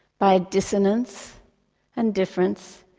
by dissonance and difference,